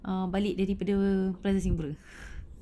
err balik daripada plaza singapura